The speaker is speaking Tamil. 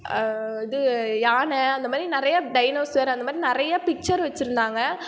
அ இது யானை அந்த மாதிரி நிறைய டைனோசர் அந்த மாதிரி நிறைய பிக்சர் வச்சுருந்தாங்க